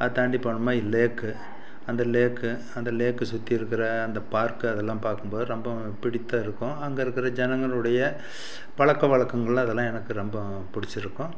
அதை தாண்டி போனோம்னா லேக்கு அந்த லேக்கு அந்த லேக்கை சுற்றி இருக்கிற அந்த பார்க்கு அதெல்லாம் பார்க்கும் போது ரெம்பவும் பிடித்திருக்கும் அங்கே இருக்கிற ஜனங்களுடைய பழக்க வழக்கங்கள்லாம் அதெல்லாம் எனக்கு ரொம்பவும் பிடிச்சிருக்கும்